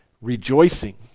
rejoicing